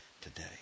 today